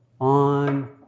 on